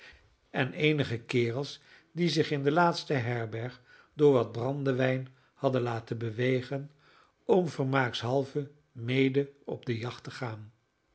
en eenige kerels die zich in de laatste herberg door wat brandewijn hadden laten bewegen om vermaakshalve mede op de jacht te gaan